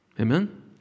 Amen